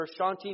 Shanti